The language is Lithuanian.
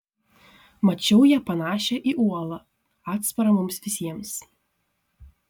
mačiau ją panašią į uolą atsparą mums visiems